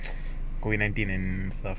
COVID nineteen and stuff